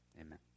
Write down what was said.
Amen